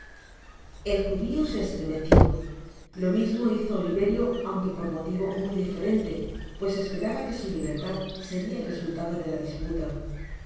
el judio se estremeció lo mismo hizo oliverio aun que por motivo muy diferente pues esperaba que su libertad seria el re sultado de la disputa